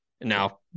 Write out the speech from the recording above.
Now